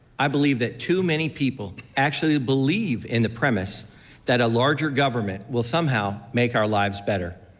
i believe that too many people actually believe in the premise that a larger government will somehow make our lives better.